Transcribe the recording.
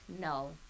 No